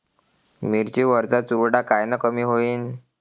मिरची वरचा चुरडा कायनं कमी होईन?